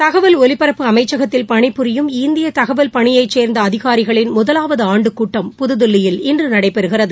தகவல் ஒலிபரப்பு அமைச்சகத்தில் பணிபுரியம் இந்திய தகவல் பணியை சேர்ந்த அதிகாரிகளின் முதலாவது ஆண்டுக்கூட்டம் புதுதில்லியில் இன்று நடைபெறுகிறது